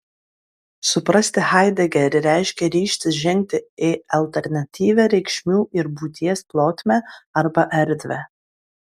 suprasti haidegerį reiškia ryžtis žengti į alternatyvią reikšmių ir būties plotmę arba erdvę